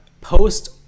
post